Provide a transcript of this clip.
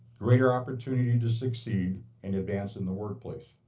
greater opportunity to succeed and advance in the workplace.